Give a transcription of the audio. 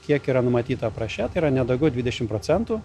kiek yra numatyta apraše tai yra ne daugiau dvidešim procentų